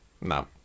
No